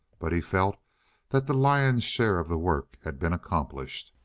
but he felt that the lion's share of the work had been accomplished.